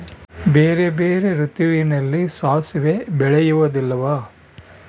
ಬೇರೆ ಬೇರೆ ಋತುವಿನಲ್ಲಿ ಸಾಸಿವೆ ಬೆಳೆಯುವುದಿಲ್ಲವಾ?